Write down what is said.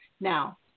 now